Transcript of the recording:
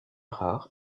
rares